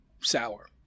sour